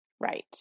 Right